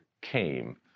came